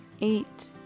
eight